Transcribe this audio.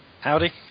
Howdy